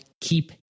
keep